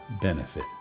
benefit